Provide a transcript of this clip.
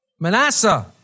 Manasseh